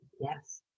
Yes